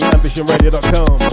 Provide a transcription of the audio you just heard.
AmbitionRadio.com